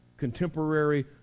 contemporary